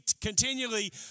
continually